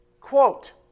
quote